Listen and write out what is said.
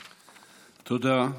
תודה.